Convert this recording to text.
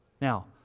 now